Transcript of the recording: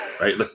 Right